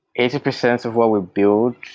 eighty percent of what we build,